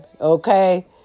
okay